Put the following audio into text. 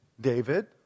David